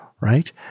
right